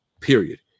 period